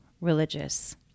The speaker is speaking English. religious